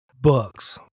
books